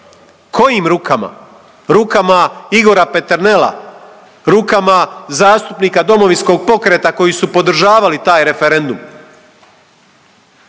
Kojim rukama? Rukama Igora Peternela, rukama zastupnika DP-a koji su podržavali taj referendum.